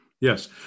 Yes